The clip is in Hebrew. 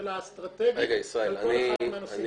ממשלה אסטרטגית על כל אחד מהנושאים האלה.